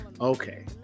Okay